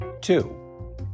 Two